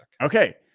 Okay